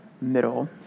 middle